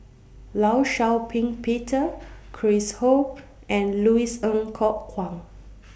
law Shau Ping Peter Chris Ho and Louis Ng Kok Kwang